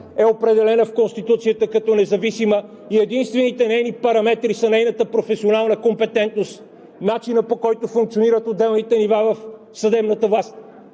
е определена в Конституцията като независима и единствените нейни параметри са нейната професионална компетентност, начинът, по който функционират отделните нива в съдебната власт!